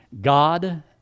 God